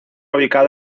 ubicado